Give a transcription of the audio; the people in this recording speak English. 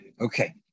Okay